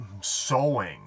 sewing